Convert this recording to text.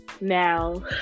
now